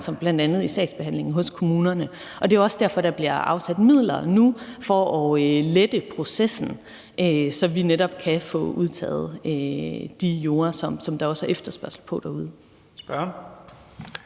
bl.a. i sagsbehandlingen hos kommunerne. Det er også derfor, der bliver afsat midler nu til at lette processen, så vi netop kan få udtaget de jorder, som der også er efterspørgsel på derude.